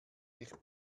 ich